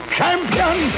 champion